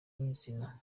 nyir’izina